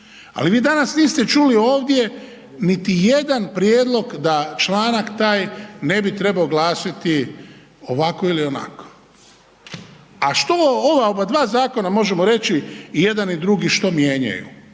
Ali vi danas niste čuli ovdje niti jedan prijedlog da članak taj ne bi trebao glasiti ovako ili onako. A što o ova oba dva zakona možemo reći? I jedan i drugi što mijenjaju?